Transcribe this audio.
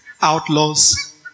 outlaws